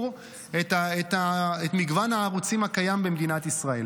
את מגוון הערוצים הקיים במדינת ישראל.